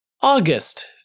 August